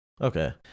Okay